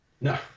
No